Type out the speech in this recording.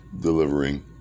Delivering